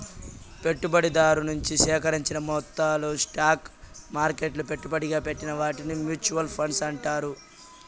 పెట్టుబడిదారు నుంచి సేకరించిన మొత్తాలు స్టాక్ మార్కెట్లలో పెట్టుబడిగా పెట్టిన వాటిని మూచువాల్ ఫండ్స్ అంటారు